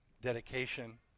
dedication